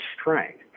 strength